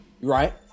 Right